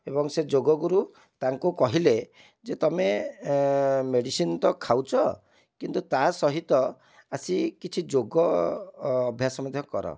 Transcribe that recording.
ଏବଂ ସେ ଯୋଗଗୁରୁ ତାଙ୍କୁ କହିଲେ ଯେ ତୁମେ ମେଡ଼ିସିନ୍ ତ ଖାଉଛ କିନ୍ତୁ ତା'ସହିତ ଆସି କିଛି ଯୋଗ ଅଭ୍ୟାସ ମଧ୍ୟ କର